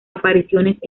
apariciones